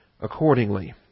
accordingly